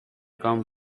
come